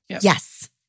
Yes